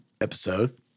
episode